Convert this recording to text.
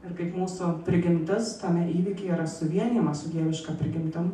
ir kaip mūsų prigimtis tame įvykyje yra suvienijama su dieviška prigimtim